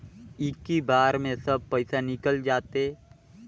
इक्की बार मे सब पइसा निकल जाते?